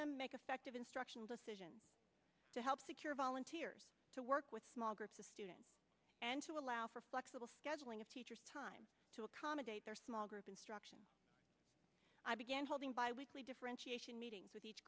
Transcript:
them make effect of instruction decision to help secure volunteers to work with small groups of students and to allow for flexible scheduling of teachers time to accommodate their small group instruction i began holding bi weekly differentiation meetings with each